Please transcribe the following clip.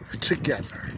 together